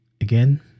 again